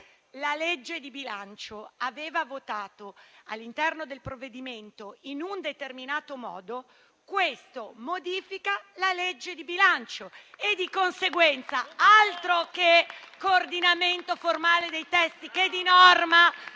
la legge di bilancio aveva votato all'interno del provvedimento in un determinato modo, questo modifica la legge di bilancio e di conseguenza altro che coordinamento formale dei testi.